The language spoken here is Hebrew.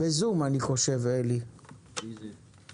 קודם כל,